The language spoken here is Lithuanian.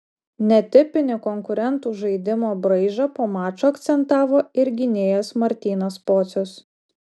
netipinį konkurentų žaidimo braižą po mačo akcentavo ir gynėjas martynas pocius